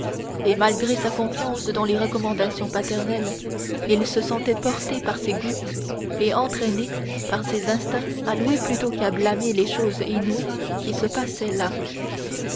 et malgré sa confiance dans les recommandations paternelles il se sentait porté par ses goûts et entraîné par ses instincts à louer plutôt qu'à blâmer les choses inouïes qui se passaient là